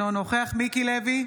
אינו נוכח מיקי לוי,